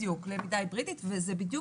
בדיוק, למידה היברידית, וזה לזמן